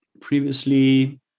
previously